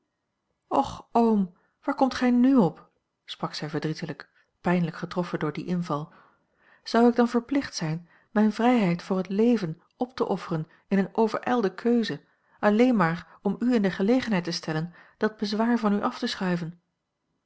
och oom waar komt gij n op sprak zij verdrietelijk pijnlijk getroffen door dien inval zou ik dan verplicht zijn mijne vrijheid voor het leven op te offeren in eene overijlde keuze alleen maar om u in de gelegenheid te stellen dat bezwaar van u af te schuiven